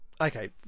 okay